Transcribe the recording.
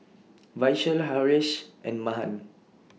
Vishal Haresh and Mahan